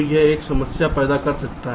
तो यह एक समस्या पैदा करता है